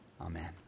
Amen